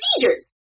procedures